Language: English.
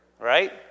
Right